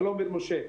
שלום בן משה,